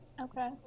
Okay